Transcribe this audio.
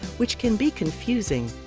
which can be confusing.